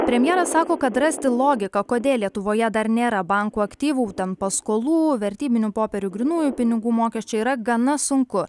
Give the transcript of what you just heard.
premjeras sako kad rasti logiką kodėl lietuvoje dar nėra bankų aktyvų ten paskolų vertybinių popierių grynųjų pinigų mokesčio yra gana sunku